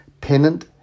Pennant